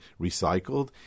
recycled